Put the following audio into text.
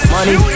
Money